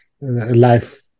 life